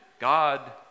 God